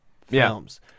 films